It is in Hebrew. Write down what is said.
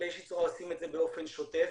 שבאיזו שהיא צורה עושים את זה באופן שוטף,